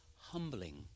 humbling